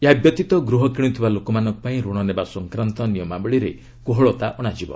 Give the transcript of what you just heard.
ଏହାବ୍ୟତୀତ ଗୃହ କିଣୁଥିବା ଲୋକମାନଙ୍କପାଇଁ ଋଣ ନେବା ସଂକ୍ରାନ୍ତ ନିୟମାବଳୀରେ କୋହଳତା ଅଣାଯିବ